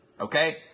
okay